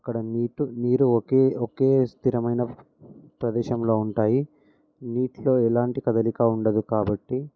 అక్కడ నీటు నీరు ఒకే ఒకే స్థిరమైన ప్రదేశంలో ఉంటాయి నీటిలో ఎలాంటి కదలిక ఉండదు కాబట్టి